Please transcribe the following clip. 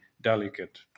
delicate